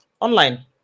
online